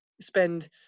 spend